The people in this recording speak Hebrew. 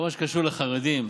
כל מה שקשור לחרדים.